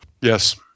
yes